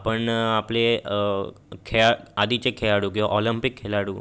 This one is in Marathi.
आपण आपले खेळा आधीचे खेळाडू किंवा ऑलम्पिक खेळाडू